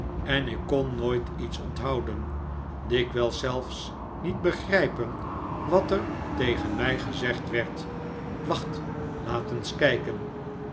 en ik kon nooit iets onthouden dikwijls zelfs niet begrijpen wat er tegen mij gezegd werd wacht laat eens kijken